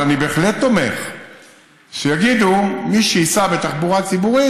אבל אני בהחלט תומך שיגידו: מי שייסע בתחבורה ציבורית,